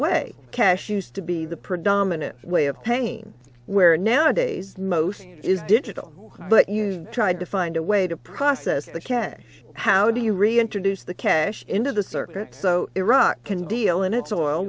way cash used to be the predominant way of paying where nowadays most is digital but you've tried to find a way to process the cash how do you reintroduce the cash into the circuit so iraq can deal in its